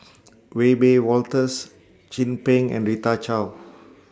Wiebe Wolters Chin Peng and Rita Chao